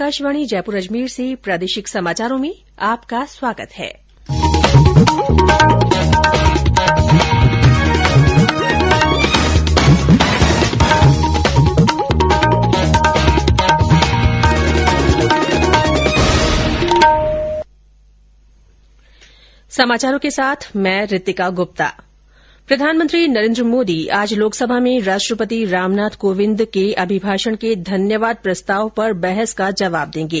आकाशवाणी जयपुर अजमेर प्रादेशिक समाचार प्रधानमंत्री नरेन्द्र मोदी आज लोकसभा में राष्ट्रपति रामनाथ कोविंद के अभिभाषण के धन्यवाद प्रस्ताव पर बहस का जवाब देंगे